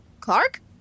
Clark